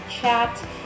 Chat